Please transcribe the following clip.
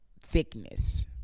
thickness